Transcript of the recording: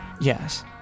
Yes